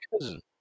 cousin